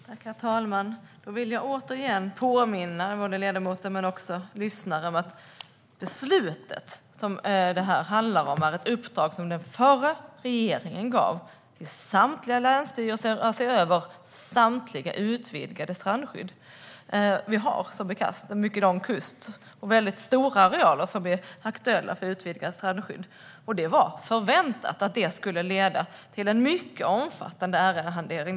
Herr talman! Då vill jag återigen påminna ledamoten och lyssnarna om att det beslut som det här handlar om är ett uppdrag som den förra regeringen gav till samtliga länsstyrelser att se över samtliga utvidgade strandskydd. Som bekant har vi en mycket lång kust och väldigt stora arealer som är aktuella för ett utvidgat strandskydd. Det var förväntat att det skulle leda till en mycket omfattande ärendehantering.